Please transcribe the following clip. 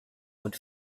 would